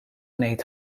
ngħid